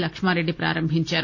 లక్మారెడ్డి ప్రారంభించారు